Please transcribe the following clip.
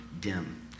dim